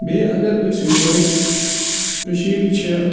بیٚیہِ اگر أسۍ وٕچھَو کٔشیٖر چھےٚ